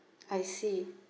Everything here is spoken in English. I see